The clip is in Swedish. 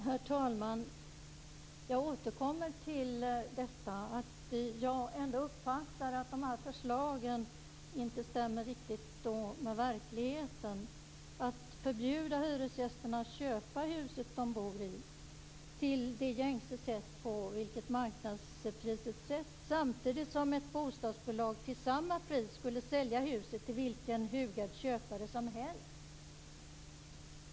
Herr talman! Jag återkommer ändå till att jag uppfattar att dessa förslag inte stämmer riktigt överens med verkligheten. Man vill förbjuda hyresgästerna att köpa huset de bor i till gängse marknadspris samtidigt som ett bostadsbolag till samma pris skulle sälja huset till vilken hugad köpare som helst.